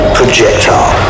Projectile